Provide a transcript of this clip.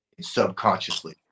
subconsciously